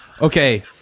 Okay